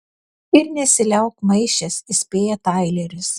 ir nesiliauk maišęs įspėja taileris